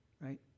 right